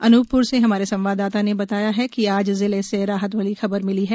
अनूपप्र से हमारे संवाददाता ने बताया है कि आज जिले से राहत वाली खबर मिले है